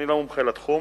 אני לא מומחה בתחום.